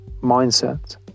mindset